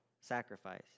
sacrifice